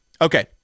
Okay